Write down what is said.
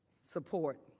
support